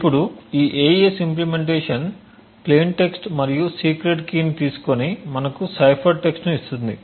ఇప్పుడు ఈ AES implementation plain text మరియు సీక్రెట్ కీని తీసుకొని మనకు సైఫర్ టెక్స్ట్ను ఇస్తుంది